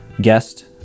guest